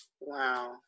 Wow